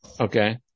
Okay